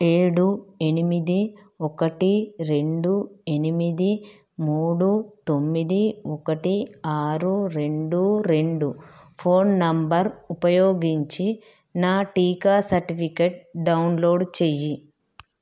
ఏడు ఎనిమిది ఒకటి రెండు ఎనిమిది మూడు తొమ్మిది ఒకటి ఆరు రెండు రెండు ఫోన్ నంబర్ ఉపయోగించి నా టీకా సర్టిఫికేట్ డౌన్లోడ్ చెయ్యి